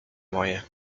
moje